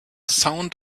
sound